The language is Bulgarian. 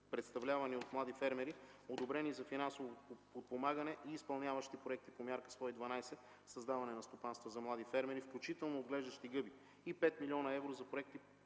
представлявани от млади фермери, одобрени за финансово подпомагане и изпълняващи проекти по Мярка 112 „Създаване на стопанства за млади фермери”, включително отглеждащи гъби и 5 млн. евро за проекти,